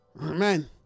Amen